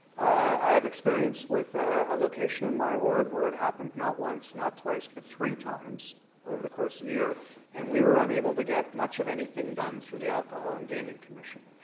i have experienced with a location in my ward where it happened not once, not twice but three times over the course of the year and we were unable to get much of anything done through the alcohol and gaming commission.